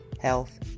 health